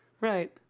Right